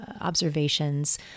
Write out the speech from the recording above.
observations